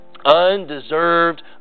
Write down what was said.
undeserved